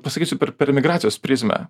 pasakysiu per per migracijos prizmę